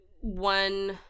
one